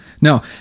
No